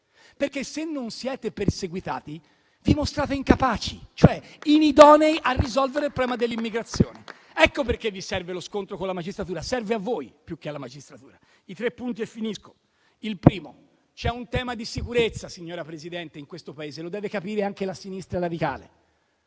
serve. Se non siete perseguitati infatti vi dimostrate incapaci, cioè inidonei a risolvere il problema dell'immigrazione. Ecco perché vi serve lo scontro con la magistratura. Serve a voi più che alla magistratura. I tre punti e concludo. Il primo: c'è un tema di sicurezza, signora Presidente, in questo Paese e lo deve capire anche la sinistra radicale;